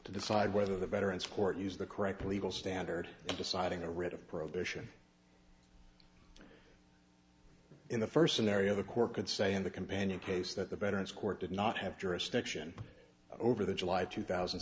to decide whether the veterans court used the correct legal standard in deciding a writ of prohibition in the first scenario the court could say and the companion case that the better it's court did not have jurisdiction over the july two thousand